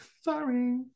sorry